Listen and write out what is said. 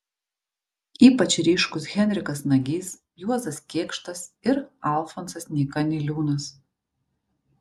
ypač ryškūs henrikas nagys juozas kėkštas ir alfonsas nyka niliūnas